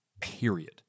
Period